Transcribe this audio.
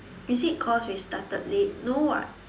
is it because we started late no [what]